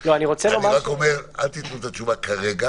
אל תתנו את התשובה כרגע